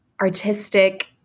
artistic